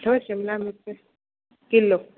अथव शिमला मिर्च किलो